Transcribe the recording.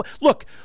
look